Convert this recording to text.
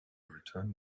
return